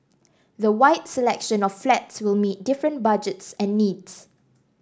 the wide selection of flats will meet different budget and needs